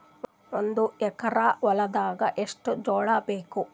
ಒಂದು ಎಕರ ಹೊಲದಾಗ ಎಷ್ಟು ಜೋಳಾಬೇಕು?